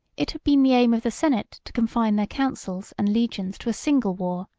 it had been the aim of the senate to confine their councils and legions to a single war,